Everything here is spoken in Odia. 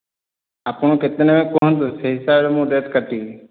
ଆପଣ କେତେ ନେବେ କୁହନ୍ତୁ ସେହି ହିସାବରେ ମୁଁ ରେଟ୍ କାଟିବି